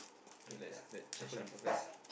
play a bit ah shuffle a bit